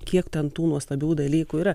kiek ten tų nuostabių dalykų yra